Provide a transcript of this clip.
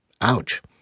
Ouch